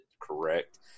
correct